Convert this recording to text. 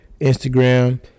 instagram